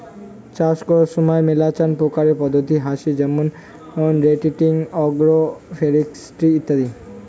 চাষ করার সময় মেলাচান প্রকারের পদ্ধতি হসে যেমন রোটেটিং, আগ্রো ফরেস্ট্রি ইত্যাদি